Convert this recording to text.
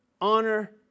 Honor